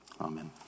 Amen